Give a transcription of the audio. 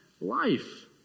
life